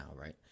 right